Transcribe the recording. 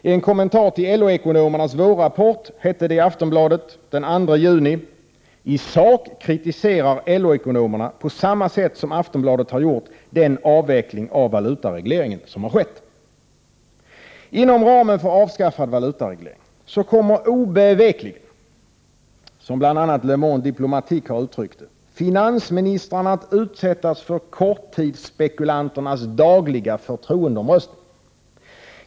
I en kommentar till LO-ekonomernas vårrapport stod det så här i Aftonbladet den 2 juni: ”I sak kritiserar LO-ekonomerna på samma sätt som Aftonbladet gjort den avveckling av valutaregleringen som skett.” Inom ramen för avskaffandet av valutaregleringen kommer obevekligen, som bl.a. Le Monde Diplomatique har uttryckt det, finansministrarna att 31 utsättas för korttidsspekulanternas dagliga förtroendeomröstning.